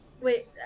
Wait